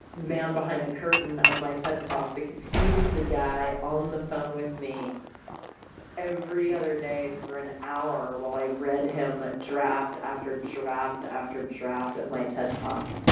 man behind the curtain of my ted talk because he was the guy on the phone with me every other day for an hour while i read him draft after draft after draft of my ted talk.